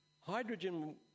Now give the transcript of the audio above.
hydrogen